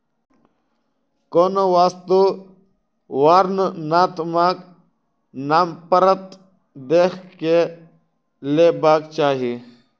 कोनो वस्तु वर्णनात्मक नामपत्र देख के लेबाक चाही